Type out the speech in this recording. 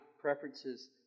preferences